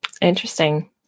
Interesting